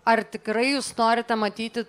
ar tikrai jūs norite matyti